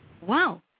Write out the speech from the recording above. wow